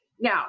Now